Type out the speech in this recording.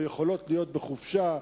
או יכולות להיות בחופשה,